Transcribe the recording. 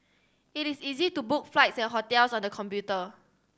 it is easy to book flights and hotels on the computer